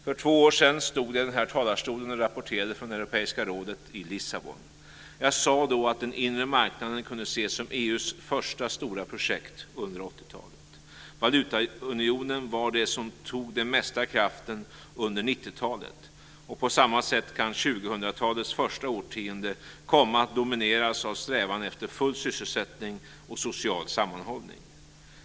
För två år sedan stod jag i den här talarstolen och rapporterade från Europeiska rådet i Lissabon. Jag sade då att den inre marknaden kunde ses som EU:s första stora projekt under 80-talet. Valutaunionen var det som tog den mesta kraften under 90-talet. På samma sätt kan 2000-talets första årtionde komma att domineras av strävan efter full sysselsättning och social sammanhållning.